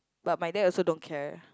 but my dad also don't care